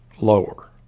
lower